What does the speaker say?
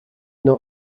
not